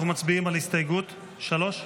אנחנו מצביעים על הסתייגות 3?